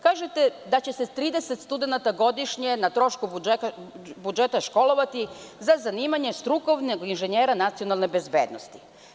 Kažete da će se 30 studenata godišnje na trošku budžeta školovati za zanimanje strukovnog inženjera nacionalne bezbednosti.